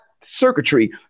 circuitry